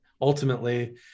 ultimately